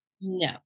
No